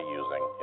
using